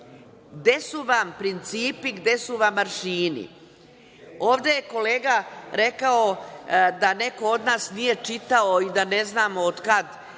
su vam principi, gde su vam aršini? Ovde je kolega rekao da neko od nas nije čitao i da ne znamo od kad